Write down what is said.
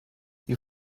you